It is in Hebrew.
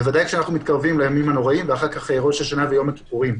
בוודאי כשאנחנו מתקרבים לימים הנוראים ואחר כך ראש השנה ויום הכיפורים.